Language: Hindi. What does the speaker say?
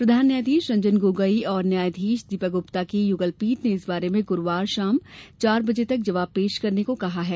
प्रधान न्यायाधीश रंजन गोगोई और न्यायाधीश दीपक गुप्ता की युगलपीठ ने इस बारे में गुरूवार शाम चार बजे तक जवाब पेश करने को कहा है